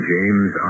James